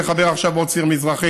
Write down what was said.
לחבר עכשיו עוד ציר מזרחי.